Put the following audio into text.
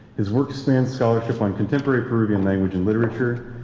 his works span scholarship on contemporary peruvian language and literature,